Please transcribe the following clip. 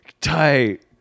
tight